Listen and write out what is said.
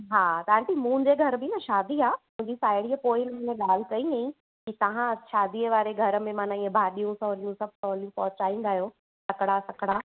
हा त आंटी मुंहिंजे घर में बि न शादी आहे मुंहिंजी साहेड़ीअ पोएं महीने ॻाल्हि कई वेई की तव्हां शादीअ वारे घर में माना इअं भाॼियूं सहूलियूं सभु सहूली पहुचाईंदा आहियो तकिड़ा तकिड़ा